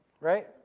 right